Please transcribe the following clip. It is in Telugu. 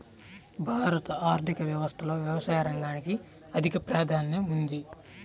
భారత ఆర్థిక వ్యవస్థలో వ్యవసాయ రంగానికి అధిక ప్రాధాన్యం ఉంది